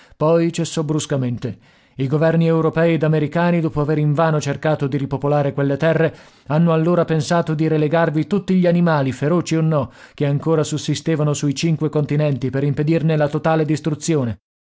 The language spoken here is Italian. poi cessò bruscamente i governi europei ed americani dopo aver invano cercato di ripopolare quelle terre hanno allora pensato di relegarvi tutti gli animali feroci o no che ancora sussistevano sui cinque continenti per impedirne la totale distruzione